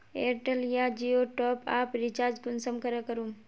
Airtel या जियोर top up recharge कुंसम करे करूम?